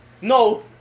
No